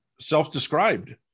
self-described